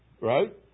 right